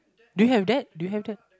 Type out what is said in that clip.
do you have that do you have that